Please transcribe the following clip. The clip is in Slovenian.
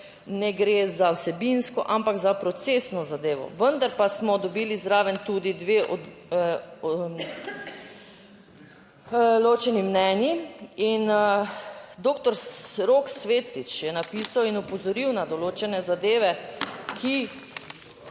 ne gre za vsebinsko, ampak za procesno zadevo, vendar pa smo dobili zraven tudi dve ločeni mnenji in doktor Rok Svetlič(?) je napisal in opozoril na določene zadeve, ki